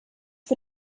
for